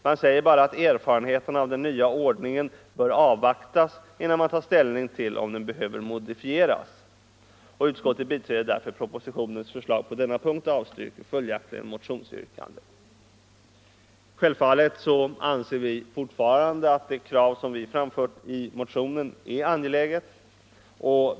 Man säger: 3 ”Erfarenheterna av den nya ordningen bör avvaktas innan man tar ställning till om den behöver modifieras. Utskottet biträder därför propositionens förslag på denna punkt och avstyrker följaktligen motionsyrkandet.” Självfallet anser vi fortfarande att det krav som vi framfört i motionen är angeläget.